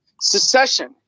Secession